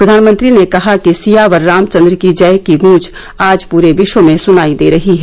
प्रधानमंत्री ने कहा कि सियावर रामचन्द्र की जय की गूंज आज पूरे विश्व में सुनाई दे रही है